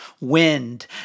wind